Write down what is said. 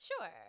Sure